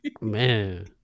Man